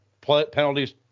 penalties